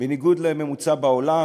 בניגוד לממוצע בעולם,